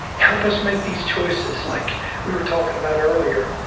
help us make these choices like we were talking about earlier.